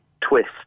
twist